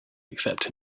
except